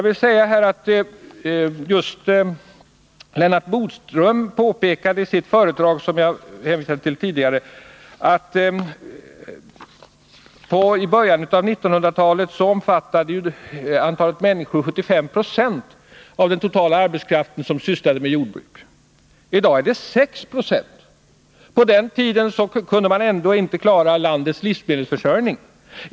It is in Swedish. I det föredrag som jag tidigare hänvisade till påpekar Lennart Bodström att 75 20 av den totala arbetskraften sysslade med jordbruk i början av 1900-talet. I dag är motsvarande siffra 6 90. På den tiden kunde man ändå inte klara landets livsmedelsförsörjning.